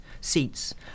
seats